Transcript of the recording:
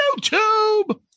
YouTube